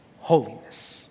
holiness